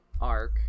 arc